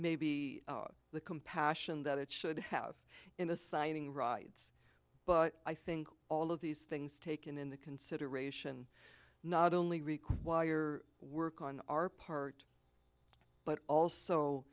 maybe the compassion that it should have in assigning rides but i think all of these things taken into consideration not only require work on our part but also